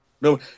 No